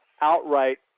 outright